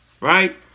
right